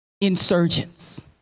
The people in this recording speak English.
insurgents